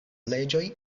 leĝoj